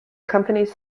companies